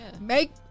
make